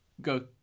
go